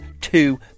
two